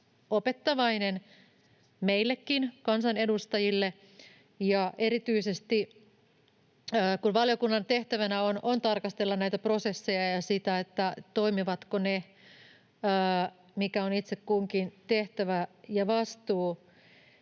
opettavainen meillekin, kansanedustajille, ja erityisesti kun valiokunnan tehtävänä on tarkastella näitä prosesseja ja sitä, toimivatko ne, mikä on itse kunkin tehtävä ja vastuu,